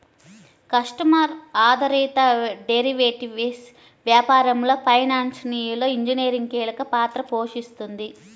customer ఆధారిత derivatives వ్యాపారంలో financial engineering కీలక పాత్ర పోషిస్తుంది